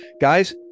Guys